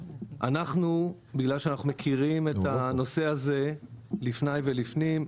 בגלל שאנחנו מכירים את הנושא הזה לפניי ולפנים,